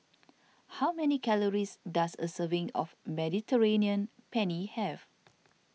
how many calories does a serving of Mediterranean Penne have